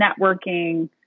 networking